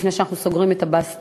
לפני שאנחנו סוגרים את הבסטה.